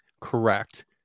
correct